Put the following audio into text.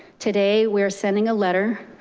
today we're sending a letter,